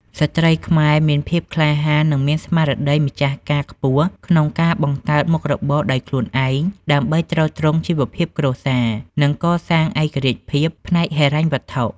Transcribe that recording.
ស្ត្រីខ្មែរមានភាពក្លាហាន និងមានស្មារតីម្ចាស់ការខ្ពស់ក្នុងការបង្កើតមុខរបរដោយខ្លួនឯង ដើម្បីទ្រទ្រង់ជីវភាពគ្រួសារ និងកសាងឯករាជ្យភាពផ្នែកហិរញ្ញវត្ថុ។